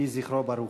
יהי זכרו ברוך.